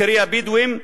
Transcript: קרי הבדואים,